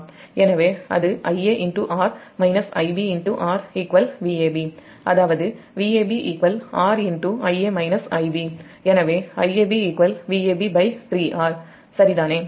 எனவே அது IaR-IbRVabஅதாவதுVab R எனவே Iab Vab3R சரிதானே